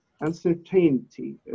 uncertainty